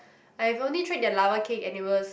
I've only tried their lava cake and it was